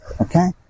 okay